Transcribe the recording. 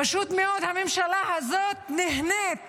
פשוט מאוד, הממשלה הזאת נהנית